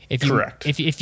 Correct